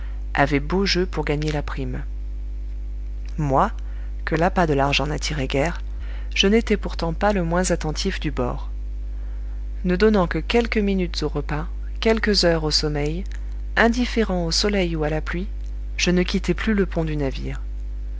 avaient beau jeu pour gagner la prime moi que l'appât de l'argent n'attirait guère je n'étais pourtant pas le moins attentif du bord ne donnant que quelques minutes au repas quelques heures au sommeil indifférent au soleil ou à la pluie je ne quittais plus le pont du navire